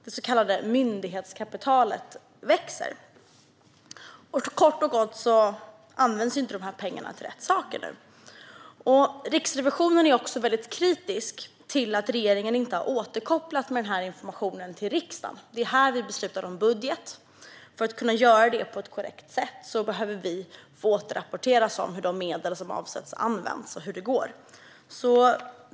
Det så kallade myndighetskapitalet växer. Kort och gott används pengarna inte till rätt saker nu. Riksrevisionen är kritisk till att regeringen inte har återkopplat om denna information till riksdagen. Det är här vi beslutar om budgeten, och för att kunna göra detta på ett korrekt sätt behöver vi få återrapportering om hur de medel som avsätts används och hur det går.